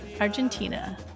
Argentina